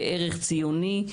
כערך ציוני,